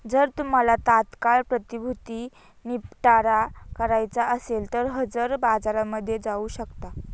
जर तुम्हाला तात्काळ प्रतिभूती निपटारा करायचा असेल तर हजर बाजारामध्ये जाऊ शकता